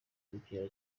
gukina